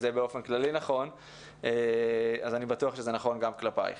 זה נכון באופן כללי ואני בטוח שזה נכון גם כלפייך.